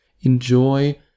Enjoy